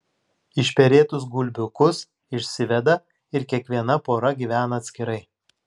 išperėtus gulbiukus išsiveda ir kiekviena pora gyvena atskirai